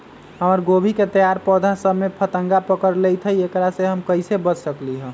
हमर गोभी के तैयार पौधा सब में फतंगा पकड़ लेई थई एकरा से हम कईसे बच सकली है?